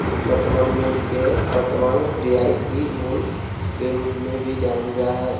वर्तमान मूल्य के वर्तमान रियायती मूल्य के रूप मे भी जानल जा हय